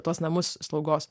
tuos namus slaugos